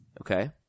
Okay